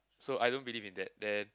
so I don't believe in that then